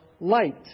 light